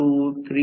1 7